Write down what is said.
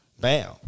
Bam